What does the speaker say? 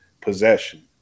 possession